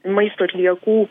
maisto atliekų